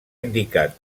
indicat